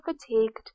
fatigued